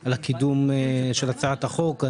על קידום הצעת החוק.